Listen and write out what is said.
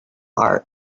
art